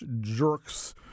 jerks